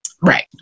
Right